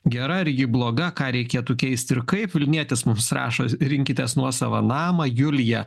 gera ar ji bloga ką reikėtų keisti ir kaip vilnietis mums rašo rinkitės nuosavą namą julija